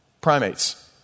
primates